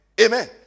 Amen